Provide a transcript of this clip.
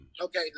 Okay